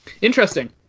interesting